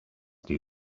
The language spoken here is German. die